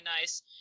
nice